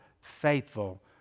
Faithful